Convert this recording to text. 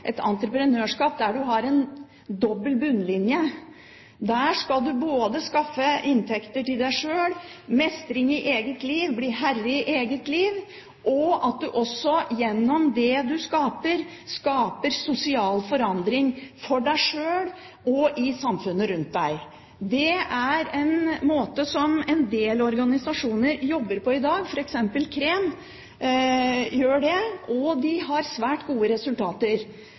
et entreprenørskap der man har en dobbelt bunnlinje. Der skal du skaffe inntekter til deg sjøl, mestre eget liv, bli herre i eget liv, og gjennom det du skaper, skal du skape sosial forandring for deg sjøl og i samfunnet rundt deg. Det er en måte som en del organisasjoner jobber på i dag, f.eks. KREM, og de har svært gode resultater.